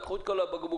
לקחו את כל הבקבוקים,